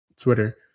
Twitter